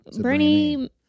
Bernie